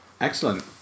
excellent